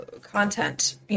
content